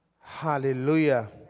Hallelujah